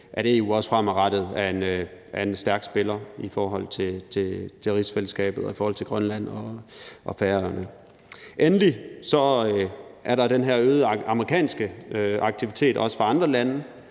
at EU også fremadrettet er en stærk spiller i forhold til rigsfællesskabet og i forhold til Grønland og Færøerne. Endelig er der den her øgede amerikanske aktivitet – også fra andre lande